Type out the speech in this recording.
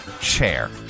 chair